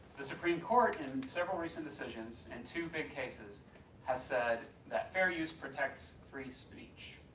the supreme court in several recent decisions and two big cases has said that fair use protects free speech.